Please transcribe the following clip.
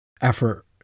effort